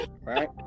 right